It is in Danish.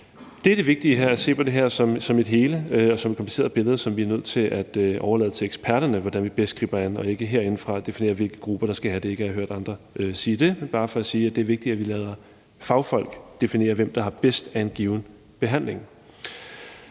Det er det vigtige her, altså at se på det her som et hele og som et kompliceret billede, som vi er nødt til at overlade til eksperterne at finde ud af hvordan vi bedst griber an, og vi skal ikke herindefra definere, hvilke grupper der skal have det. Det er ikke, fordi jeg har hørt andre sige det, men det er bare for at sige, at det er vigtigt, at vi lader fagfolk definere, hvem der har bedst af en given behandling,